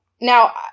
now